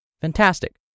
Fantastic